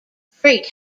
freight